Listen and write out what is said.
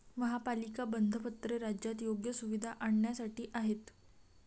महापालिका बंधपत्रे राज्यात योग्य सुविधा आणण्यासाठी आहेत